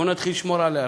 בואו נתחיל לשמור עליה,